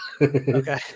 okay